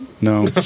No